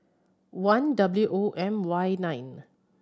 one W O M Y nine